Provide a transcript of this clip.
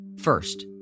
First